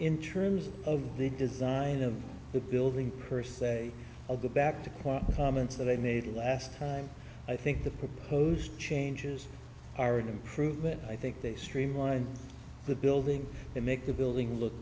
in terms of the design of the building per se of the back to point comments that i made last time i think the proposed changes are an improvement i think they streamline the building to make the building look